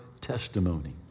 testimony